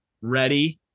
ready